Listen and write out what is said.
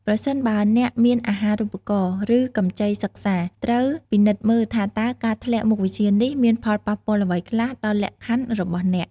ប្រសិនបើអ្នកមានអាហារូបករណ៍ ឬកម្ចីសិក្សា ត្រូវពិនិត្យមើលថាតើការធ្លាក់មុខវិជ្ជានេះមានផលប៉ះពាល់អ្វីខ្លះដល់លក្ខខណ្ឌរបស់អ្នក។